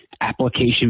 application